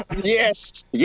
Yes